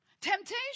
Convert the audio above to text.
Temptation